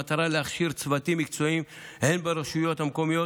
במטרה להכשיר צוותים מקצועיים הן ברשויות המקומיות